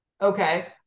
Okay